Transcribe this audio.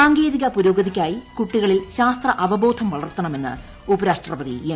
സാങ്കേതിക പുരോഗതിയ്ക്കായി കുട്ടികളിൽ ശാസ്ത്രാവബോധം വളർത്തണമെന്ന് ഉപരാഷ്ട്രപതി എം